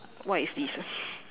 what is this ah